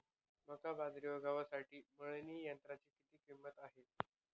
मका, बाजरी व गव्हासाठी मळणी यंत्राची किंमत किती आहे?